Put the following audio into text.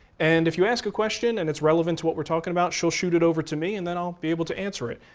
and if you ask a question and it's relevant to what we're talking about, she'll shoot it over to me and then i'll be able to answer it,